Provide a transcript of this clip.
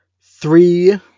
three